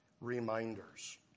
reminders